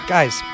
Guys